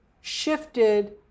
shifted